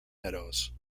meadows